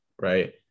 right